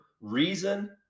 reason